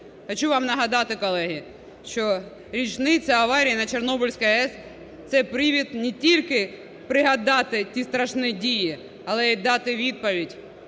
Хочу вам нагадати колеги, що річниця аварії на Чорнобильській АЕС, це привід не тільки пригадати ті страшні дії. Але і дати відповідь,